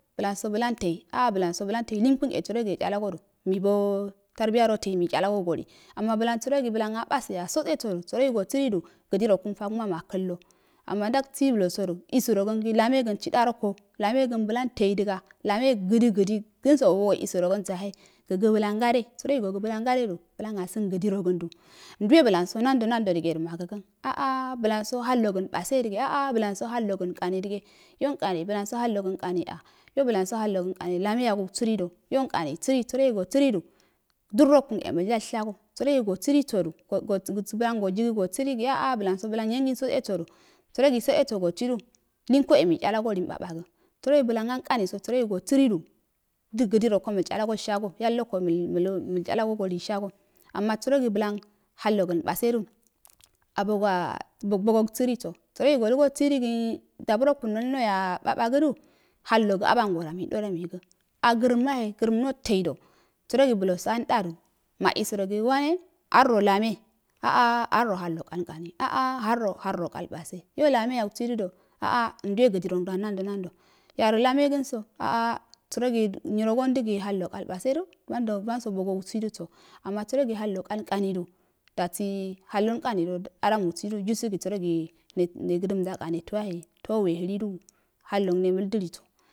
Blananso blan tei aa blan anso blan tei liinkun sərogi tetchalago do mabo tarabiyuro tei mei tchalago goli ama ban abase anso goosiri du gidi rokun tagarma makallo ama dagsi blso du ua rogangi lame gən chidoko lame gan blan tei dəga lame gədogidi kənso bog us robo yahe mega blam gadedu blam sən gidirəgendu a a nduwe blansɔ nado nando magakən a a blan anso hallogan ibanbedige a a blam anso hallogən ikanti dige yolkani lone yagousirisiri sərogo sirido durrokun e məyashago yallako mei tchalago dunko nahe sərogi gosiri bodu tsubiyan go jigi wa blan anso nyiyengən sotse sodu sərogi tao go sidu lenko e mei tchalago do lunbabə səroji blan arkani səro go sirido woroko kelchalayo o shago yalloko maltchalogo so linshago babe do aboa bogo sirio səreo go dənəgo sirigi badu rokun no dəna nayalbasedu liyode hallokga abangoda medo doyingə a grəmahe blaso andadu grərno teidə bbloso anda do ma isaro gi wane ardo lame a a ardo hallo kalnkawi a a ardo hallokalrokowi a a ardo hallakalbase lame yabrndədo a a nduwe gidiro ndam nando nando yaro lame gənso a a sərogi nyiro gondəgi hallokal basedo duwando duwanso ubosou sidəso ama sərogi hallokal kanido badi hallo ikanido da musidəgi judu sorogi negədə mda kai neto yahe to we jidu hallongne maldiliidu,